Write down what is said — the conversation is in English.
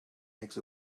eggs